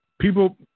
people